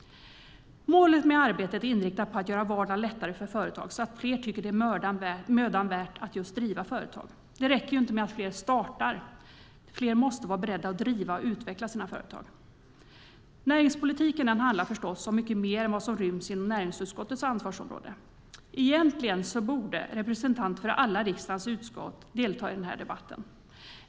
Målet med arbetet är inriktat på att göra vardagen lättare för företagen så att fler tycker det är mödan värt att driva företag. Det räcker inte med att fler företag startas, utan fler måste vara beredda att driva och utveckla sina företag. Näringspolitik handlar förstås om mycket mer än vad som ryms inom näringsutskottets ansvarsområde. Egentligen borde representanter för alla riksdagens utskott delta i den här debatten.